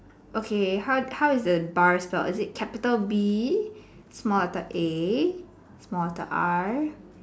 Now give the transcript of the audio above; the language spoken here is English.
okay how is how is the bar spelled is capital B small letter a small letter R